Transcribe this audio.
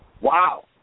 Wow